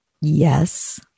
Yes